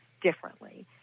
differently